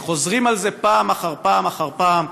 וחוזרים על זה פעם אחר פעם אחר פעם,